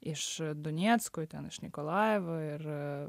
iš donecko ten iš nikolajevo ir